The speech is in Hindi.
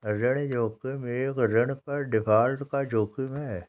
ऋण जोखिम एक ऋण पर डिफ़ॉल्ट का जोखिम है